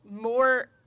more